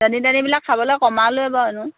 চেনি তেনিবিলাক খাবলৈ কমালোৱে বাৰু এনেও